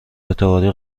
اعتباری